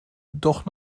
doch